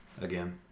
again